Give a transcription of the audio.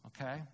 Okay